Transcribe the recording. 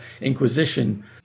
Inquisition